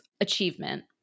achievement